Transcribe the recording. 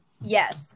Yes